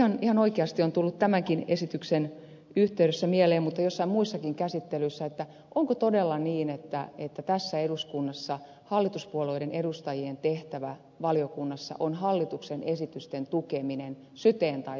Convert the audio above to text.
sitten ihan oikeasti on tullut tämänkin esityksen yhteydessä mieleen mutta jossain muissakin käsittelyissä onko todella niin että tässä eduskunnassa hallituspuolueiden edustajien tehtävä valiokunnassa on hallituksen esitysten tukeminen syteen tai saveen